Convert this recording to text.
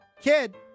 Kid